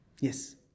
Yes